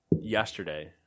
yesterday